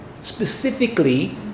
specifically